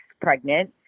pregnant